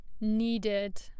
needed